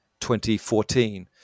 2014